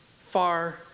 far